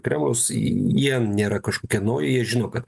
kremliaus jie nėra kažkokie nauji jie žino kad